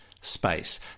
space